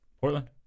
Portland